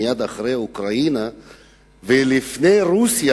מייד אחרי אוקראינה ואפילו לפני רוסיה,